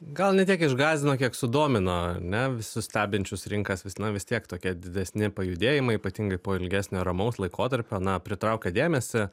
gal ne tiek išgąsdino kiek sudomino ar ne visus stebinčius rinkas vis na vis tiek tokie didesni pajudėjimai ypatingai po ilgesnio ramaus laikotarpio na pritraukia dėmesį